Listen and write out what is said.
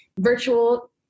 virtual